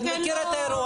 מכיר את האירוע.